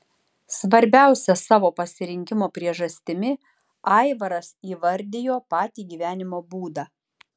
svarbiausia savo pasirinkimo priežastimi aivaras įvardijo patį gyvenimo būdą